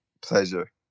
pleasure